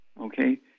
Okay